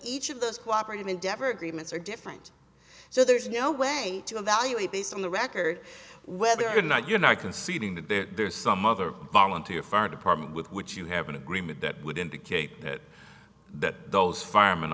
each of those cooperate endeavor agreements are different so there's no way to evaluate based on the record whether or not you're not conceding that there's some other volunteer fire department with which you have an agreement that would indicate that those firemen